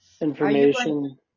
Information